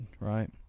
right